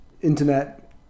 internet